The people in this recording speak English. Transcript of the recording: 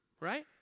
right